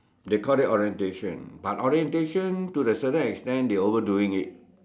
they call it orientation but orientation to a certain extent they overdoing it